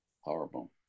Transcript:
Horrible